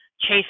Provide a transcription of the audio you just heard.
chase